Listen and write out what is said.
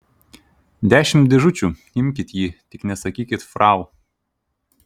dešimt dėžučių imkit jį tik nesakykit frau